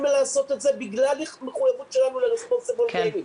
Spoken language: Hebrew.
מלעשות את זה בגלל מחויבות שלנו ל"משחקים באחריות".